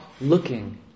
looking